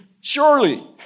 surely